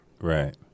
Right